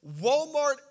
Walmart